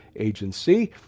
agency